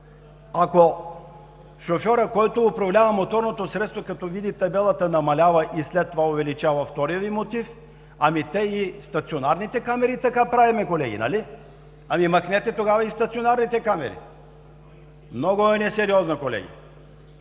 ако шофьорът, който управлява моторното средство, като види табелата намалява, а след това увеличава? Вторият Ви мотив. Ами и при стационарните камери така правим, колеги. Махнете тогава и стационарните камери. Много е несериозно, колеги.